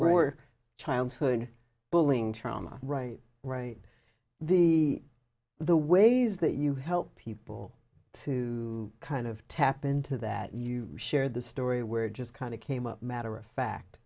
were childhood bullying trauma right right the the ways that you help people to kind of tap into that you share the story where just kind of came up matter of fact